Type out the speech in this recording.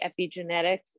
epigenetics